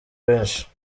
benshi